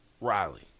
Riley